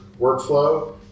workflow